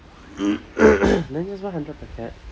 then just buy hundred packet